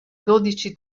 dodici